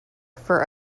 for